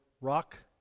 rock